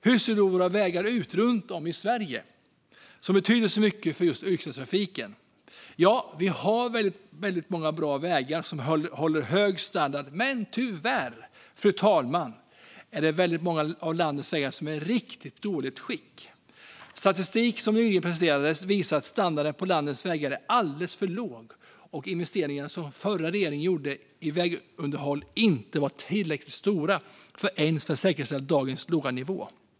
Hur ser då vägarna, som betyder så mycket för yrkestrafiken, ut runt om i Sverige? Vi har många bra vägar som håller hög standard, fru talman, men tyvärr är det väldigt många av landets vägar som är i riktigt dåligt skick. Statistik som nyligen presenterades visar att standarden på landets vägar är alldeles för låg och att de investeringar i vägunderhåll som den förra regeringen gjorde inte var tillräckligt stora ens för att säkerställa dagens låga nivå.